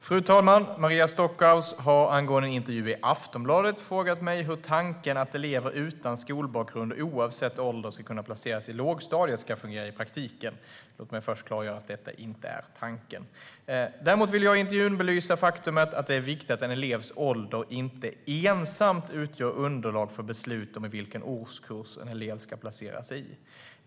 Fru talman! Maria Stockhaus har angående en intervju i Aftonbladet frågat mig hur tanken att elever utan skolbakgrund oavsett ålder ska kunna placeras i lågstadiet ska fungera i praktiken. Låt mig först klargöra att detta inte är tanken. Däremot ville jag i intervjun belysa det faktum att det är viktigt att en elevs ålder inte ensam utgör underlag för beslut om i vilken årskurs eleven ska placeras i.